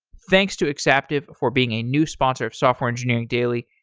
thanks to exaptive for being a new sponsor of software engineering daily.